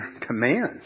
commands